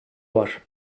var